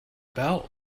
belt